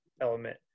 element